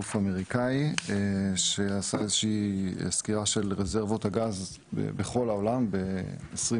גוף אמריקאי שעשה איזושהי סקירה של רזרבות הגז בכל העולם ב-2020.